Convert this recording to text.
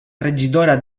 regidora